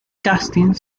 casting